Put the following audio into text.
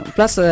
Plus